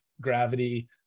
gravity